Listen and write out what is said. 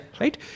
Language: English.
right